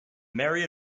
merry